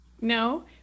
no